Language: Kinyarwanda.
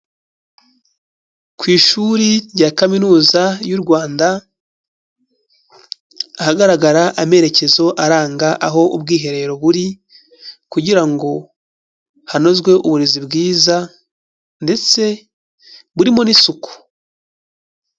Ku ishuri rya Kaminuza y'u Rwanda, ahagaragara amerekezo aranga aho ubwiherero buri kugira ngo hanozwe uburezi bwiza ndetse burimo n'isuku.